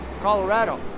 Colorado